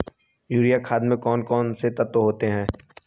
Urea खाद में कौन कौन से तत्व होते हैं?